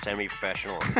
semi-professional